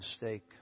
mistake